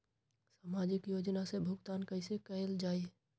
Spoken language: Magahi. सामाजिक योजना से भुगतान कैसे कयल जाई?